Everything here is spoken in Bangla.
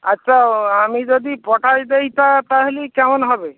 আচ্ছা আমি যদি পটাশ দিই তা তাহলে কেমন হবে